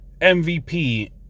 MVP